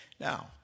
Now